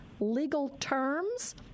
legalterms